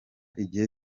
igihe